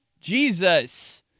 Jesus